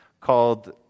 called